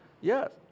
Yes